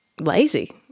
lazy